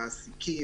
למעסיקים,